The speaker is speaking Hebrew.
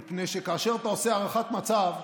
מפני שכאשר אתה עושה הערכת מצב,